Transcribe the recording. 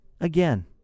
again